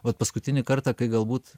vat paskutinį kartą kai galbūt